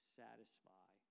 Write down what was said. satisfy